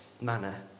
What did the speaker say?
manner